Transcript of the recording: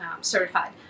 certified